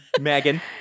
megan